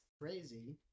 crazy